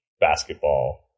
basketball